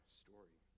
story